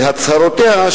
בהצהרותיה,